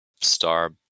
star